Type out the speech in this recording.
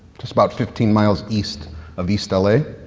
just about fifteen miles east of east l a,